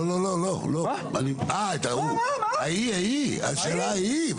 אה, השאלה ההיא.